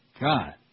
God